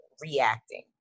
reacting